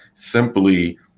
simply